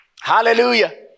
Hallelujah